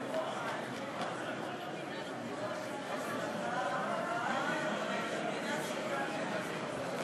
הכנסת, נא לשמור על